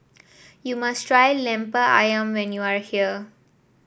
you must try lemper ayam when you are here